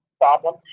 problem